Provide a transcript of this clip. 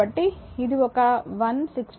కాబట్టి ఇది ఒక 166